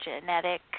genetic